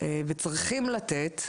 וצריכים לתת,